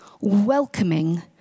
welcoming